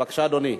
בבקשה, אדוני.